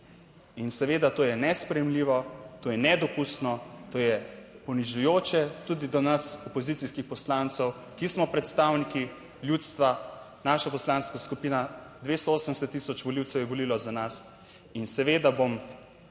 In seveda to je nesprejemljivo, to je nedopustno, to je ponižujoče tudi do nas opozicijskih poslancev, ki smo predstavniki ljudstva. Naša poslanska skupina, 280 tisoč volivcev je volilo za nas. In seveda bom